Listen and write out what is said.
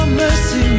mercy